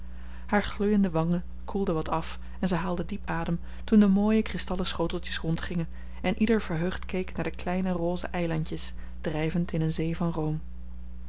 haar gloeiende wangen koelden wat af en ze haalde diep adem toen de mooie kristallen schoteltjes rondgingen en ieder verheugd keek naar de kleine rose eilandjes drijvend in een zee van room